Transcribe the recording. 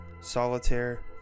Solitaire